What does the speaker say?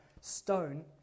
stone